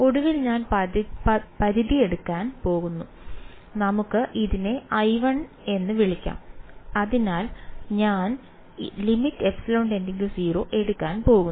ഒടുവിൽ ഞാൻ പരിധി എടുക്കാൻ പോകുന്നു നമുക്ക് ഇതിനെ എന്ന് വിളിക്കാം അതിനാൽ ഞാൻ എടുക്കാൻ പോകുന്നു